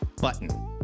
button